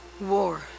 War